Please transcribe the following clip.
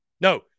No